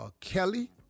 Kelly